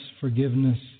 forgiveness